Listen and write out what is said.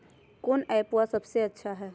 कौन एप्पबा सबसे अच्छा हय?